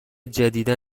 جدیدا